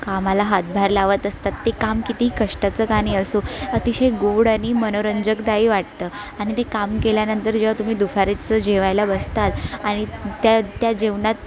कामाला हातभार लावत असतात ते काम किती कष्टाचं का नाही असो अतिशय गोड आणि मनोरंजकदायी वाटतं आणि ते काम केल्यानंतर जेव्हा तुम्ही दुपारचं जेवायला बसता आणि त्या त्या जेवणात